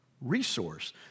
resource